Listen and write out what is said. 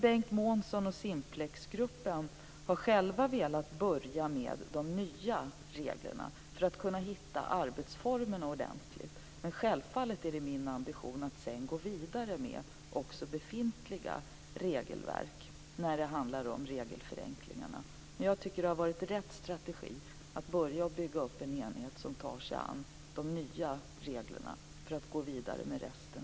Bengt Månsson och Simplexgruppen har själva velat börja med de nya reglerna för att kunna hitta arbetsformerna ordentligt, men självfallet är det min ambition att sedan gå vidare med också befintliga regelverk när det handlar om regelförenklingarna. Men jag tycker att det har varit rätt strategi att börja med att bygga upp en enhet som tar sig an de nya reglerna för att sedan gå vidare med resten.